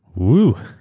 wooh!